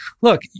look